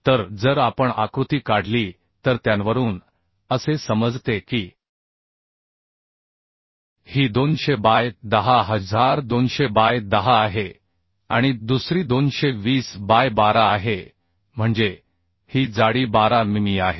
तर जर आपण आकृती काढली तर त्यांवरुन असे समजते की ही 200 बाय 10 आहे आणि दुसरी 220 बाय 12 आहे म्हणजे ही जाडी 12 मिमी आहे